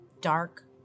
dark